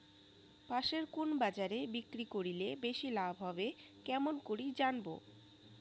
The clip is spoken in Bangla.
পাশের কুন বাজারে বিক্রি করিলে বেশি লাভ হবে কেমন করি জানবো?